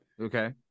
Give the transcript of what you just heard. Okay